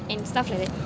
and stuff like that